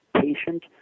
patient